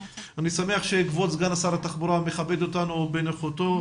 אני שמח שכבוד סגן שר התחבורה מכבד אותנו בנוכחותו,